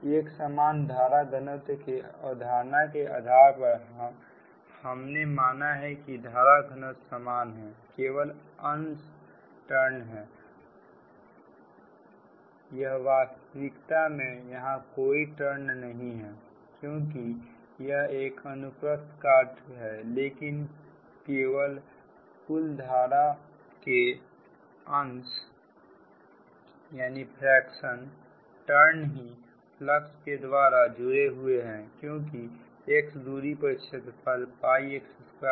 एक समान धारा घनत्व के अवधारणा के आधार पर हमने माना है कि धारा घनत्व समान है केवल अंश टर्न हैं यह वास्तविकता में यहां कोई टर्न नहीं है क्योंकि यह एक अनुप्रस्थ काट है लेकिन केवल कुल धारा के अंश टर्न ही फ्लक्स के द्वारा जुड़े हुए हैं क्योंकि x दूरी पर क्षेत्रफल x2है